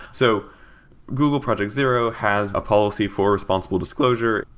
so google project zero has a policy for responsible disclosure.